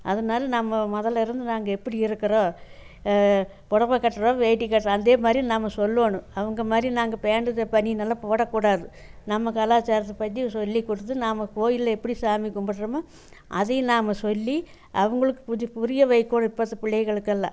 அதனால நம்ம முதல்லருந்து நாங்கள் எப்படி இருக்கிறோம் புடவை கட்டுறோம் வேட்டி கட்டுறோம் அந்தே மாதிரி நாம் சொல்லணும் அவங்க மாதிரி நாங்கள் பேன்டு பனியன் எல்லாம் போடக்கூடாது நம்ம கலாச்சாரத்தை பற்றி சொல்லி கொடுத்து நாம் கோயிலில் எப்படி சாமி கும்புடுறமோ அதையும் நாம் சொல்லி அவங்களுக்கு புரிய வைக்கணும் இப்போ உள்ள பிள்ளைகளுக்கெல்லாம்